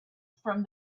from